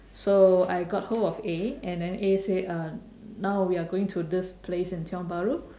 so I got hold of A and then A said uh now we are going to this place in tiong-bahru